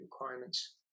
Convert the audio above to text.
requirements